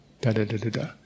da-da-da-da-da